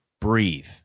Breathe